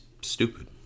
stupid